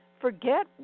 forget